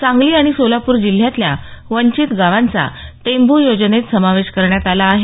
सांगली आणि सोलापूर जिल्ह्यातल्या वंचित गावांचा टेंभू योजनेत समावेश करण्यात आला आहे